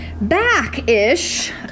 back-ish